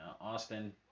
Austin